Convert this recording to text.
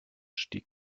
stieg